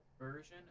version